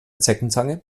zeckenzange